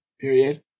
period